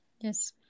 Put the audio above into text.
Yes